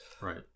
Right